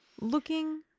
looking